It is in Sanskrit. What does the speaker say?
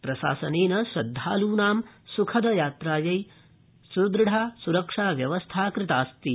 प्रशासनेन श्रद्धालूना सुखदयात्रायै सुदृढ़ा सुरक्षा व्यवस्था कृतास्ति